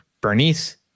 Bernice